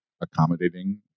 accommodating